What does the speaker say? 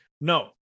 No